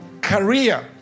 career